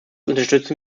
unterstützen